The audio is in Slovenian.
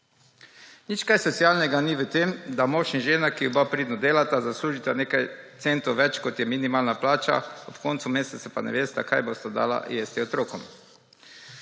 Nič kaj socialnega ni v tem, da mož in žena, ki oba pridno delata, zaslužita nekaj centov več, kot je minimalna plača, ob koncu meseca pa ne vesta, kaj bosta dala jesti otrokom.